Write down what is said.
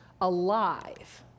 alive